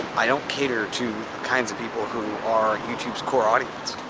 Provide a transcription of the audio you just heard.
i don't cater to kinds of people who are youtube's core audience.